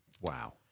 Wow